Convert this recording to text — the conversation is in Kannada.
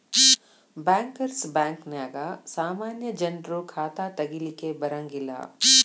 ಬ್ಯಾಂಕರ್ಸ್ ಬ್ಯಾಂಕ ನ್ಯಾಗ ಸಾಮಾನ್ಯ ಜನ್ರು ಖಾತಾ ತಗಿಲಿಕ್ಕೆ ಬರಂಗಿಲ್ಲಾ